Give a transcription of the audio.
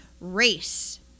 race